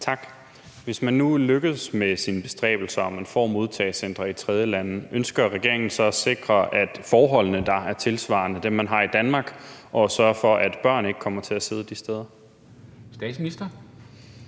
Tak. Hvis man nu lykkes med sine bestræbelser og man får modtagecentre i tredjelande, ønsker regeringen så at sikre, at forholdene svarer til dem, man har i Danmark, så man sørger for, at børn ikke kommer til at sidde de steder? Kl.